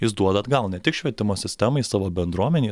jis duoda atgal ne tik švietimo sistemai savo bendruomenei